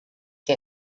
que